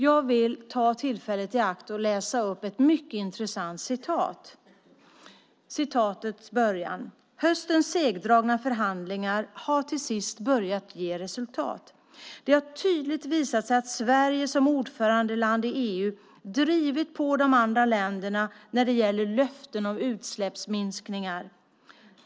Jag vill ta tillfället i akt och läsa upp ett mycket intressant citat: "Höstens segdragna förhandlingar har till sist börjat ge resultat. Det har tydligt visat sig att Sverige som ordförandeland i EU drivit på de andra länderna när det gäller löften om utsläppsminskningar.